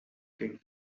quem